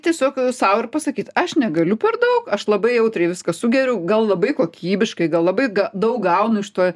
tiesiog sau ir pasakyt aš negaliu per daug aš labai jautriai viską sugeriu gal labai kokybiškai gal labai daug gaunu iš to